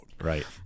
Right